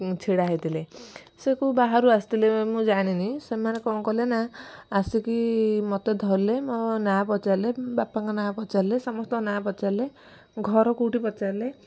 ଛିଡ଼ା ହେଇଥିଲେ ସେ କେଉଁ ବାହାରୁ ଆସିଥିଲେ ମୁଁ ଜାଣିନି ସେମାନେ କ'ଣ କଲେ ନା ଆସିକି ମୋତେ ଧରିଲେ ମୋ ନାଁ ପଚାରିଲେ ବାପାଙ୍କ ନାଁ ପଚାରିଲେ ସମସ୍ତଙ୍କ ନାଁ ପଚାରିଲେ ଘର କେଉଁଠି ପଚାରିଲେ